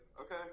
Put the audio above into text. okay